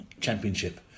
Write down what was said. Championship